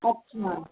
अच्छा